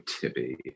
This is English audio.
Tibby